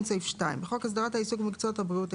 סעיף 2. בחוק הסדרת העיסוק במקצועות הבריאות,